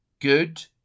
good